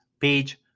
page